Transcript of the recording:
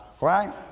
Right